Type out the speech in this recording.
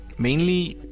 mainly,